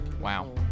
Wow